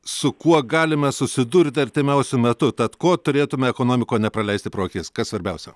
su kuo galime susidurti artimiausiu metu tad ko turėtume ekonomikoj nepraleisti pro akis kas svarbiausia